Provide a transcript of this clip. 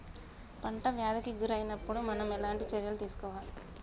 పంట వ్యాధి కి గురి అయినపుడు మనం ఎలాంటి చర్య తీసుకోవాలి?